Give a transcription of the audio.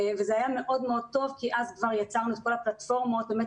וזה היה מאוד טוב כי אז כבר יצרנו את כל הפלטפורמות באמת